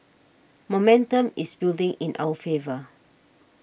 momentum is building in our favour